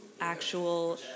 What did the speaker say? actual